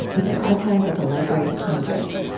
with an archive at the library of congress